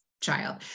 child